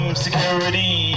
security